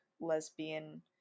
lesbian